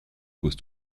pose